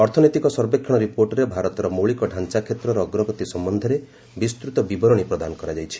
ଅର୍ଥନୈତିକ ସର୍ବେକ୍ଷଣ ରିପୋର୍ଟରେ ଭାରତର ମୌଳିକ ଢାଞ୍ଚା କ୍ଷେତ୍ରର ଅଗ୍ରଗତି ସମ୍ବନ୍ଧରେ ବିସ୍ତୃତ ବିବରଣୀ ପ୍ରଦାନ କରାଯାଇଛି